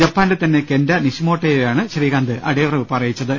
ജപ്പാന്റെതന്നെ Kenta നിഷിമോട്ടൊയെയാണ് ശ്രീകാന്ത് അടിയറവ് പറയിച്ചത്